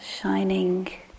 shining